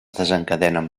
desencadenen